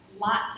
lots